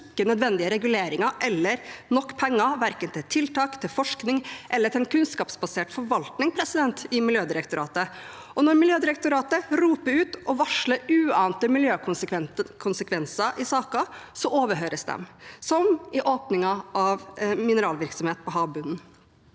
nødvendige reguleringer eller nok penger, verken til tiltak, til forskning eller til en kunnskapsbasert forvaltning i Miljødirektoratet. Når Miljødirektoratet roper ut og varsler uante miljøkonsekvenser i saker, overhøres de, som ved åpningen av mineralvirksomhet på havbunnen.